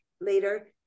later